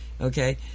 okay